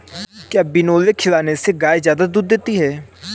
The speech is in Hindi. क्या बिनोले खिलाने से गाय दूध ज्यादा देती है?